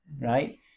right